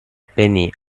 penny